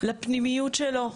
לפנימיות שלו,